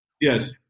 Yes